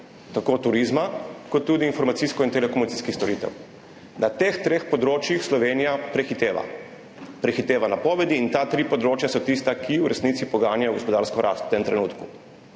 tako turizma kot tudi informacijskih in telekomunikacijskih storitev. Na teh treh področjih Slovenija prehiteva, prehiteva napovedi in ta tri področja so tista, ki v resnici poganjajo gospodarsko rast v tem trenutku.